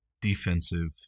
defensive